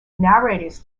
narrators